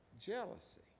Jealousy